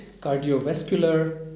cardiovascular